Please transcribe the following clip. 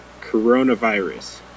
coronavirus